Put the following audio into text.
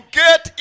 get